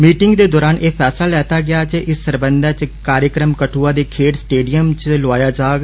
meeting दे दौरान एह् फैसला लैता गेआ ऐ इस सरबंधता कार्यक्रम कठुआ दे खेड्ढे स्टेडियम च लोआया जाग